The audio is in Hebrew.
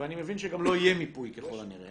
ואני מבין שגם לא יהיה מיפוי ככל הנראה.